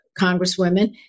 congresswomen